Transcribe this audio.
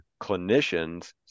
clinicians